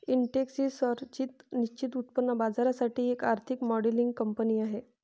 Intex ही संरचित निश्चित उत्पन्न बाजारासाठी एक आर्थिक मॉडेलिंग कंपनी आहे